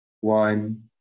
one